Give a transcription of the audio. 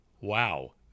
Wow